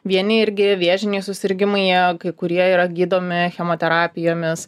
vieni irgi vėžiniai susirgimai jie kai kurie yra gydomi chemoterapijomis